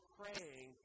praying